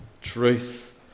truth